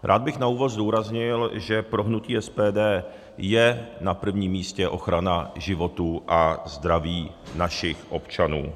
Rád bych na úvod zdůraznil, že pro hnutí SPD je na prvním místě ochrana životů a zdraví našich občanů.